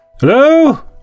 Hello